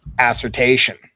assertion